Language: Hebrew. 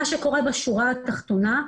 מה שקורה בשורה התחתונה,